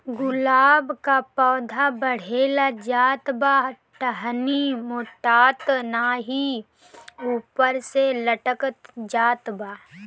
गुलाब क पौधा बढ़ले जात बा टहनी मोटात नाहीं बा ऊपर से लटक जात बा?